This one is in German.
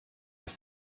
das